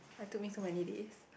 but it took me so many days